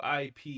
IP